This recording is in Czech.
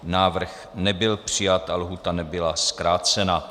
Návrh nebyl přijat a lhůta nebyla zkrácena.